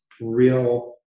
real